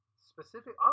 specific